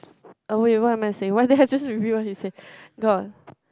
uh wait what am I saying what did I just review what he said god